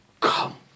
Come